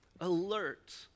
alert